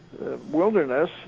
Wilderness